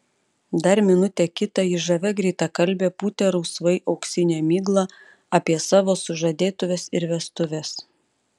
dar minutę kitą ji žavia greitakalbe pūtė rausvai auksinę miglą apie savo sužadėtuves ir vestuves